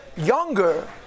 Younger